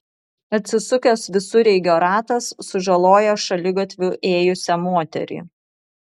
atsisukęs visureigio ratas sužalojo šaligatviu ėjusią moterį